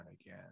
again